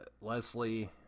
Leslie